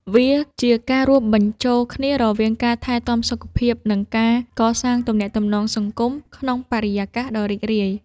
វាជាការរួមបញ្ចូលគ្នារវាងការថែទាំសុខភាព និងការកសាងទំនាក់ទំនងសង្គមក្នុងបរិយាកាសដ៏រីករាយ។